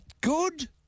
good